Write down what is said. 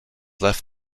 left